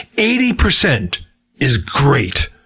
eighty percent is great.